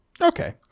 Okay